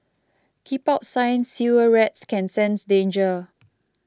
keep out sign Sewer rats can sense danger